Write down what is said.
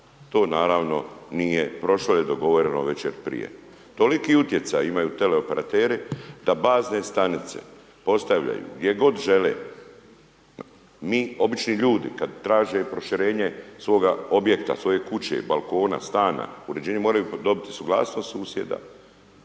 To naravno nije prošlo, jer je u dogovoreno večer prije. Toliki utjecaj imaju teleoperateri, da bazne stanice, postavljaju gdje god žele. Mi obični ljudi, kada traže proširenje svoga objekta, svoje kuće, balkona, stana, uređenje moraju dobiti suglasnost susjeda.